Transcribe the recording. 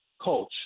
coach